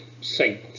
saint